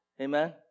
Amen